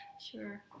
Sure